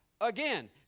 again